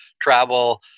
travel